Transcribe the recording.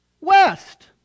West